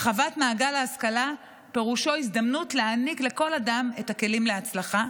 הרחבת מעגל ההשכלה פירושה ההזדמנות להעניק לכל אדם את הכלים להצלחה,